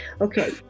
Okay